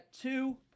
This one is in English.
two